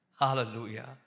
Hallelujah